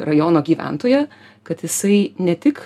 rajono gyventoją kad jisai ne tik